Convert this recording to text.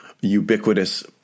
ubiquitous